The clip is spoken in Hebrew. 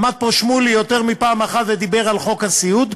עמד פה שמולי יותר מפעם אחת ודיבר על חוק הסיעוד,